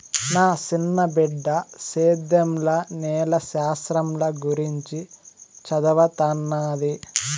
నా సిన్న బిడ్డ సేద్యంల నేల శాస్త్రంల గురించి చదవతన్నాది